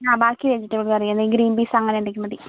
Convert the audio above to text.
ആ ബാക്കി vegetable curry ഏത് ഗ്രീൻ പീസ് അങ്ങനെ എന്തെങ്കിലും മതി